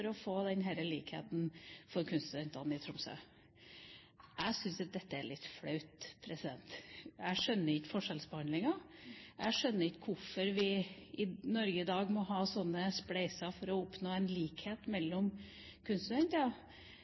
å få denne likheten for kunststudentene i Tromsø. Jeg syns dette er litt flaut. Jeg skjønner ikke forskjellsbehandlingen. Jeg skjønner ikke hvorfor vi i Norge i dag må ha sånne spleiselag for å oppnå likhet mellom